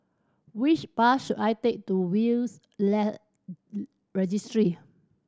which bus should I take to Will's Registry